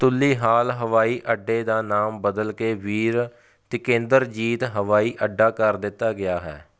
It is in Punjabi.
ਤੁਲੀਹਾਲ ਹਵਾਈ ਅੱਡੇ ਦਾ ਨਾਮ ਬਦਲ ਕੇ ਬੀਰ ਤਿਕੇਂਦਰਜੀਤ ਹਵਾਈ ਅੱਡਾ ਕਰ ਦਿੱਤਾ ਗਿਆ ਹੈ